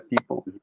people